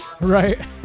Right